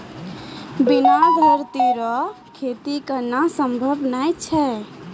बिना धरती रो खेती करना संभव नै छै